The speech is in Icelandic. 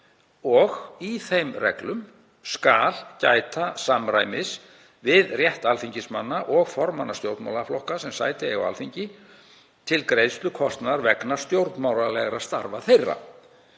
Í þeim reglum skal gæta samræmis við rétt alþingismanna og formanna stjórnmálaflokka sem sæti eiga á Alþingi til greiðslu kostnaðar vegna stjórnmálalegra starfa þeirra,